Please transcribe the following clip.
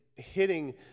hitting